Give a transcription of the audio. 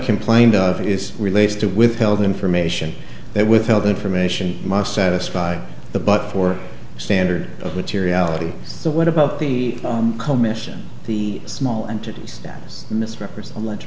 complained of is related to withheld information they withheld information must satisfy the but for standard of materiality so what about the commission the small entities that misrepresent